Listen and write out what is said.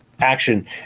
action